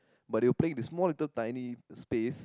but they were playing at this small little tiny space